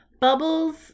Bubbles